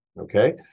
okay